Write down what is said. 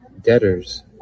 Debtors